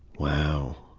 wow.